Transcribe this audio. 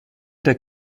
der